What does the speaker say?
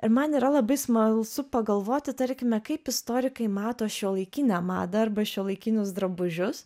ir man yra labai smalsu pagalvoti tarkime kaip istorikai mato šiuolaikinę madą arba šiuolaikinius drabužius